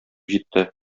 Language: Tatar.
җитте